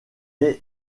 est